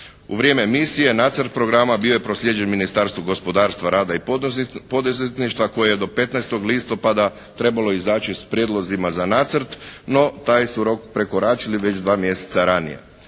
U vrijeme misije nacrt programa bio je proslijeđen Ministarstvu gospodarstva, rada i poduzetništva koje je do 15. listopada trebalo izaći s prijedlozima za nacrt no taj su rok prekoračili već dva mjeseca ranije.